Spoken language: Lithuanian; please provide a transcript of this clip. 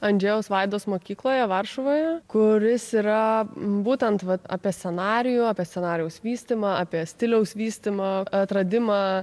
andžejaus vaidos mokykloje varšuvoje kuris yra būtent vat apie scenarijų apie scenarijaus vystymą apie stiliaus vystymą atradimą